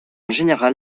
général